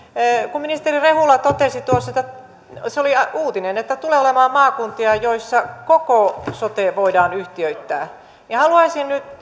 kun ministeri rehula totesi tuossa että se oli uutinen tulee olemaan maakuntia joissa koko sote voidaan yhtiöittää niin haluaisin nyt